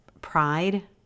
Pride